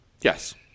Yes